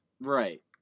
right